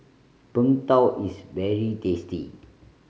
Png Tao is very tasty